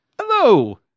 Hello